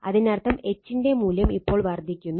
അതിനർത്ഥം H ന്റെ മൂല്യം ഇപ്പോൾ വർദ്ധിക്കുന്നു